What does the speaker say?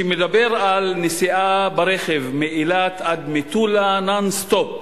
שמדבר על נסיעה ברכב מאילת עד מטולה נון-סטופ.